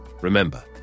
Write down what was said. Remember